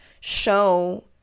show